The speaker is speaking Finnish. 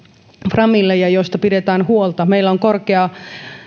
framille ja joista pidetään huolta meillä on korkea